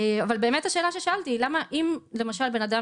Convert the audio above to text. אבל באמת השאלה ששאלתי: אם למשל בן אדם